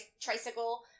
tricycle